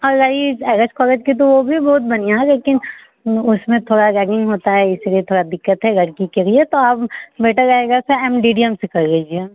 और रही L S college की तो वो भी बहुत बढ़िया लेकिन उसमें थोड़ी रैगिंग होती है इसी लिए थोड़ी दिक्कत है लड़की के लिए तो आप बेटर रहेगा की एम डी डी एम से कर लीजिए